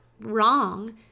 wrong